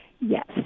Yes